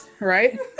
right